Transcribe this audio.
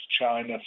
China